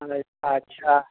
अच्छा